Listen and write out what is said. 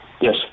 yes